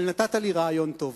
אבל נתת לי רעיון טוב.